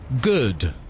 good